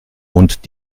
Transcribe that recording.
und